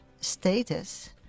status